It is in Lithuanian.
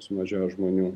sumažėjo žmonių